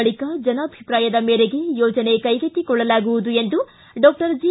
ಬಳಿಕ ಜನಾಭಿಪ್ರಾಯದ ಮೇರೆಗೆ ಯೋಜನೆ ಕೈಗೆತ್ತಿಕೊಳ್ಳಲಾಗುವುದು ಎಂದು ಡಾಕ್ಟರ್ ಜಿ